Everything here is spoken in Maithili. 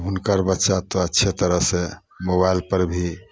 हुनकर बच्चा तऽ अच्छे तरहसँ मोबाइलपर भी